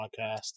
Podcast